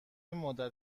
مدت